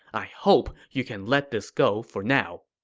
i hope you can let this go for now.